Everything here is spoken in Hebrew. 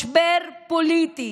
משבר פוליטי